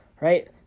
right